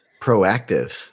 proactive